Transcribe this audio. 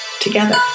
together